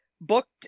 booked